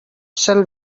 shall